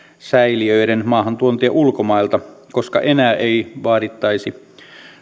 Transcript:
säiliöiden maahantuontia ulkomailta koska enää ei vaadittaisi